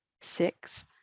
six